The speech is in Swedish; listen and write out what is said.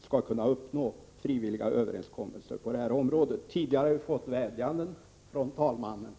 skall kunna uppnå frivilliga överenskommelser. Tidigare har vi fått vädjanden från talmannen.